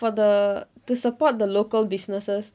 for the to support the local businesses